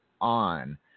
on